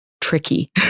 tricky